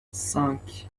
cinq